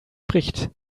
spricht